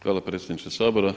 Hvala predsjedniče Sabora.